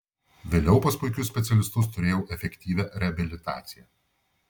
vėliau pas puikius specialistus turėjau efektyvią reabilitaciją